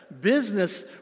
business